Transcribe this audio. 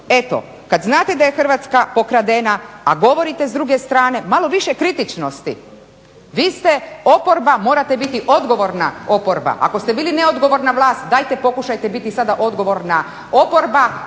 Eto kad znate da je Hrvatska pokradena a govorite s druge strane malo više kritičnosti. Vi ste oporba, morate biti odgovorna oporba. Ako ste bili neodgovorna vlast dajte pokušajte biti sada odgovorna oporba,